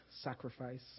sacrifice